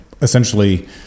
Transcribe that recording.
essentially